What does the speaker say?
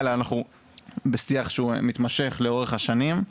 אלא אנחנו בשיח שהוא מתמשך לאורך השנים.